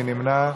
מי נמנע?